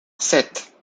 sept